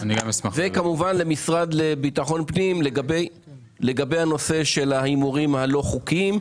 וכמובן למשרד לביטחון פנים לגבי הנושא של ההימורים הלא חוקיים,